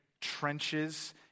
trenches